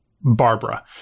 Barbara